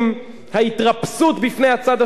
ההתקפלות מול כל דרישה פלסטינית,